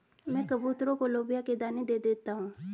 मैं कबूतरों को लोबिया के दाने दे देता हूं